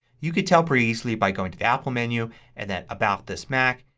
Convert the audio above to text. you can tell pretty easily by going to the apple menu and then about this mac.